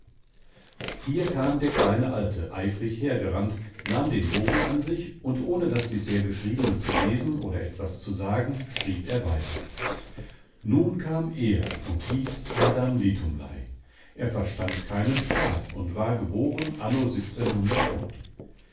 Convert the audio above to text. hier kam der kleine alte eifrig hergerannt nahm den bogen an sich und ohne das bisher geschriebene zu lesen oder etwas zu sagen schrieb er weiter nun kam er und hieß adam litumlei er verstand keinen spaß und war geboren anno und